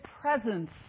presence